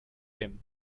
him